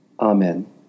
Amen